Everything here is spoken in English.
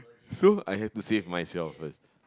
so I have to save myself first